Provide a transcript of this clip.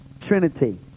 Trinity